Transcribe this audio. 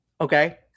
Okay